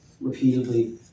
repeatedly